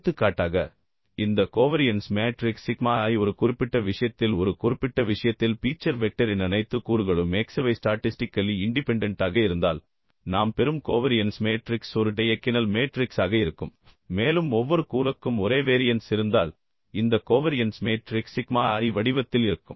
எடுத்துக்காட்டாக இந்த covariance matrix sigma i ஒரு குறிப்பிட்ட விஷயத்தில் ஒரு குறிப்பிட்ட விஷயத்தில் பீச்சர் வெக்டரின் அனைத்து கூறுகளும் x அவை ஸ்டாட்டிஸ்டிக்கலி இண்டிபெண்டெண்ட்டாக இருந்தால் நாம் பெறும் கோவரியன்ஸ் மேட்ரிக்ஸ் ஒரு டையக்கினல் மேட்ரிக்ஸாக இருக்கும் மேலும் ஒவ்வொரு கூறுக்கும் ஒரே வேரியன்ஸ் இருந்தால் இந்த கோவரியன்ஸ் மேட்ரிக்ஸ் சிக்மா i வடிவத்தில் இருக்கும்